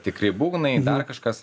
tikri būgnai dar kažkas